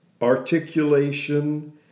articulation